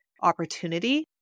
opportunity